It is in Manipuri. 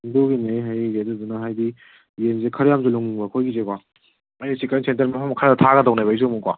ꯑꯗꯨꯒꯤꯅꯦ ꯑꯩꯅ ꯍꯥꯏꯔꯛꯏꯁꯦ ꯑꯗꯨꯗꯨꯅ ꯍꯥꯏꯗꯤ ꯌꯦꯟꯁꯦ ꯈꯔ ꯌꯥꯝꯅꯁꯨ ꯂꯧꯅꯤꯡꯕ ꯑꯩꯈꯣꯏꯒꯤꯁꯦꯀꯣ ꯑꯩꯁꯦ ꯆꯤꯛꯀꯟ ꯁꯦꯟꯇꯔ ꯃꯐꯝ ꯈꯔ ꯊꯥꯒꯗꯧꯅꯦꯕ ꯑꯩꯁꯨ ꯑꯃꯨꯛ ꯀꯣ